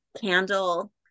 candle